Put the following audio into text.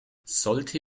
sollte